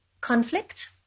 conflict